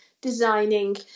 designing